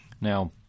Now